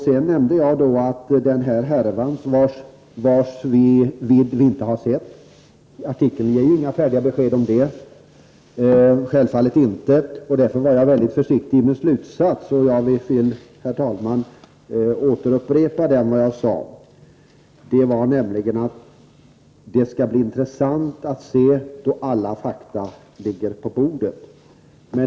Jag nämnde den härva vars vidd vi ännu inte har sett -- artikeln ger självfallet inga färdiga besked. Därför var jag väldigt försiktig med slutsats. Jag vill, herr talman, upprepa vad jag sade, nämligen att det skall bli intressant att se hur det ser ut då alla fakta ligger på bordet.